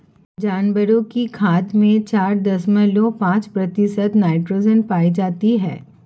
जानवरों की खाद में चार दशमलव पांच प्रतिशत नाइट्रोजन पाई जाती है